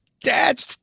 Dad